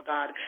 God